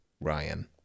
Ryan